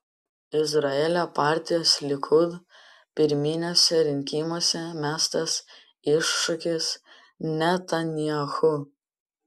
izraelio partijos likud pirminiuose rinkimuose mestas iššūkis netanyahu